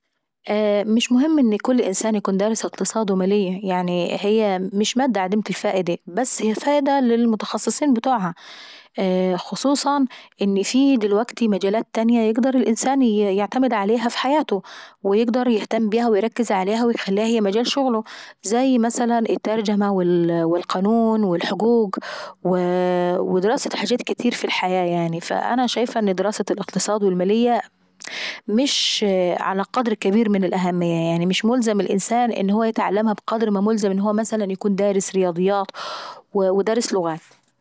مش مهم يكون الانسان انه هو يدرس اقتصاد ومالية، يعني هي مش مادة عديمة الفائدي. بس هي فايدة للمتخصصين بتوعاه، خصوصا ان في دلوكتي مجالات تانية يقدر الانسان يعتمد عليها في حياته، ويقدر يهتم بيها ويركز عليها ويخليها هي مجال شغله: زي مثلا الترجمة والقانون والحقوق ، وو درساة حاجات كاتير في الحياة يعني. فانا شايفة ان دراسة الاقتصاد والمالية مش على قدر كابير من الاهمية. يعني مش ملزم الانسان انه هو يتعلمها بقدر ما هو ملزم مثلا لما يكون دارس رياضيات ودراس لغات,